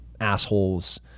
assholes